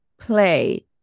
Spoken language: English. play